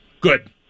Good